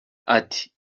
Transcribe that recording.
ati